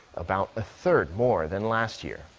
about a third more than last year.